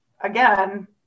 again